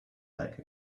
like